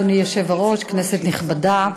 אדוני היושב-ראש, כנסת נכבדה,